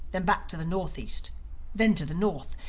then back to the northeast then to the north.